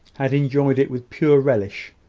had enjoyed it with pure relish.